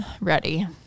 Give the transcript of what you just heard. ready